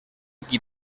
qui